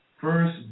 First